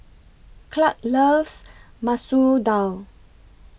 Clarke loves Masoor Dal